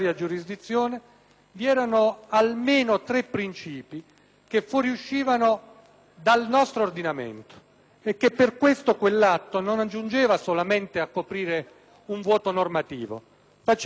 fossero almeno tre princìpi che fuoriuscivano dal nostro ordinamento e che per questo motivo quell'atto non giungeva soltanto a coprire un vuoto normativo, ma faceva molto di più.